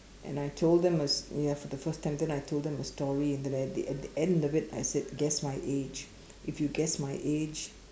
and I told a s~ ya for the first time then I told them the story in the at the at the end of it I said guess my age if you guess my age